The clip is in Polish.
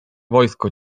wojsko